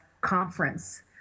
conference